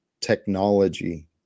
technology